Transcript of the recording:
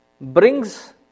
brings